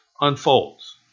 unfolds